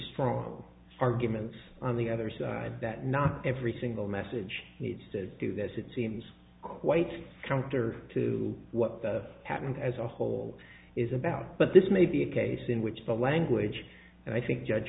strong arguments on the other side that not every single message needs to do this it seems quite counter to what the patent as a whole is about but this may be a case in which the language and i think judge